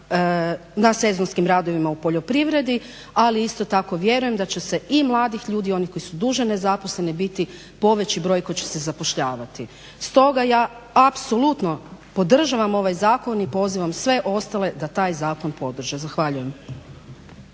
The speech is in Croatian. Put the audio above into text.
na sezonskim radovima u poljoprivredi, ali isto tako vjerujem da će se i mladih ljudi i onih koji su duže ne zaposleni biti poveći broj koji će se zapošljavati. Stoga ja apsolutno podržavam ovaj zakon i pozivam sve ostale da taj zakon podrže. Zahvaljujem.